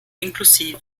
incl